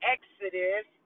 Exodus